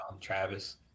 Travis